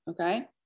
Okay